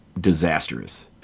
disastrous